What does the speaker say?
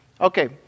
Okay